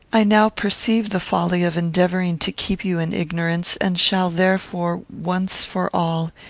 i now perceive the folly of endeavouring to keep you in ignorance, and shall therefore, once for all,